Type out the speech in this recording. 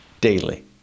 daily